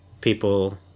people